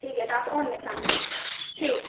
ठीक ऐ तां अस औने आं शामीं ठीक